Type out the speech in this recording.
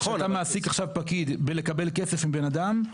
אתה מעסיק עכשיו פקיד בלקבל כסף מאדם,